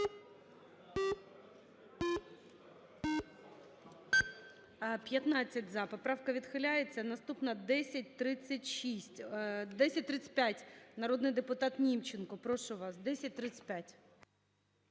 За-15 Поправка відхиляється. Наступна 1036… 1035. Народний депутат Німченко, прошу вас, 1035.